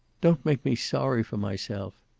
don't make me sorry for myself.